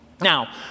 Now